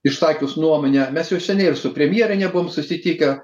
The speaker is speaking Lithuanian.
išsakius nuomonę mes jau seniai ir su premjere nebuvom susitikę